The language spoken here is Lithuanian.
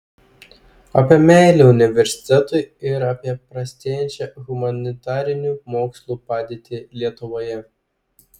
apie meilę universitetui ir apie prastėjančią humanitarinių mokslų padėtį lietuvoje